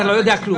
אתה לא יודע כלום.